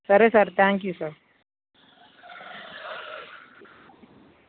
సరే sir thank you sir